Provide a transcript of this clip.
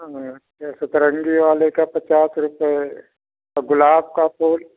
हाँ जैसे सतरंगी वाले का पचास रुपये है और गुलाब का फूल